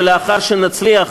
ולאחר שנצליח,